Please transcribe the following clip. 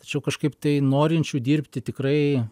tačiau kažkaip tai norinčių dirbti tikrai